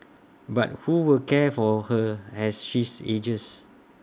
but who will care for her as she's ages